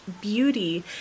beauty